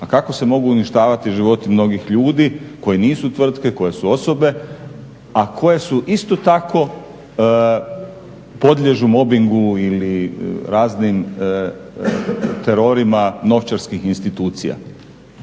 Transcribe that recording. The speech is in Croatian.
A kako se mogu uništavati životi mnogih ljudi koji nisu tvrtke, koji su osobe, a koje su isto tako podliježu mobingu ili raznim terorima novčarskih institucija.